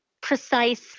precise